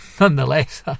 nonetheless